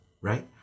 Right